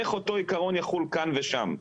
איך אותו עיקרון יחול כאן ושם?